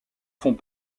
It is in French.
font